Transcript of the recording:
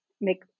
make